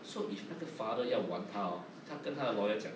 so if 那个 father 要玩他 orh 他的跟他 lawyer 讲